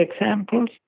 examples